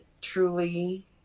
truly